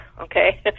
okay